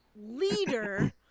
leader